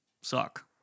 suck